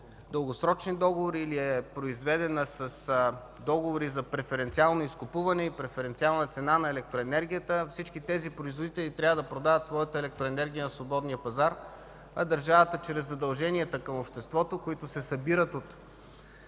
дългосрочни договори, или е произведена с договори за преференциално изкупуване и преференциална цена на електроенергията, всички тези производители трябва да продават своята електроенергия на свободния пазар, а държавата чрез задълженията към обществото, които се събират от